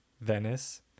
venice